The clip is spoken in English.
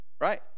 right